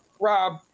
Rob